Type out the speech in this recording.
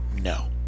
No